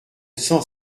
cent